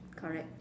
correct